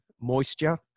moisture